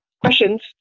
Questions